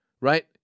right